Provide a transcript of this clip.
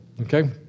Okay